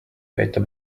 aitab